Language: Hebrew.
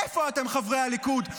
איפה אתם, חברי הליכוד?